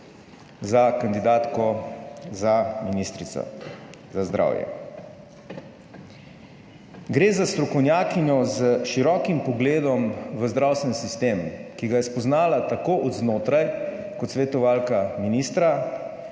za kandidatko za ministrico za zdravje. Gre za strokovnjakinjo s širokim pogledom v zdravstveni sistem, ki ga je spoznala tako od znotraj kot svetovalka ministra,